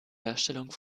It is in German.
herstellung